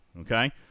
Okay